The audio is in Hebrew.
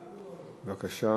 בבקשה.